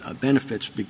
benefits